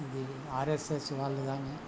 ఇది R S S వాళ్ళు కానీ